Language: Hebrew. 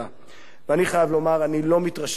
אני חייב לומר, אני לא מתרשם מהחקיקה הזאת.